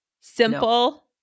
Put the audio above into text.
simple